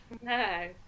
no